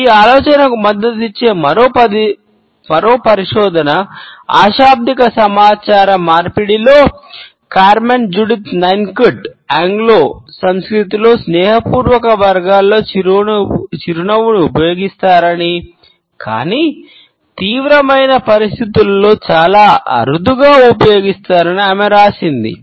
ఈ ఆలోచనకు మద్దతు ఇచ్చే మరో పరిశోధన అశాబ్దిక సమాచార మార్పిడిలో సంస్కృతిలో స్నేహపూర్వక వర్గాలలో చిరునవ్వును ఉపయోగిస్తారని కానీ తీవ్రమైన పరిస్థితులలో చాలా అరుదుగా ఉపయోగిస్తారని ఆమె వ్రాసింది